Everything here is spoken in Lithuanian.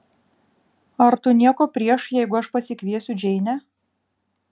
ar tu nieko prieš jeigu aš pasikviesiu džeinę